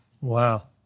Wow